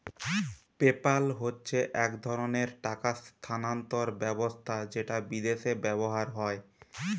PayPal হচ্ছে এক ধরণের টাকা স্থানান্তর ব্যবস্থা যেটা বিদেশে ব্যবহার হয়